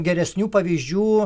geresnių pavyzdžių